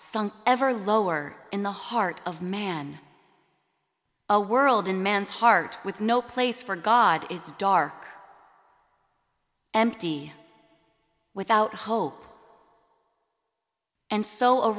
song ever lower in the heart of man a world in man's heart with no place for god is dark empty without hope and so a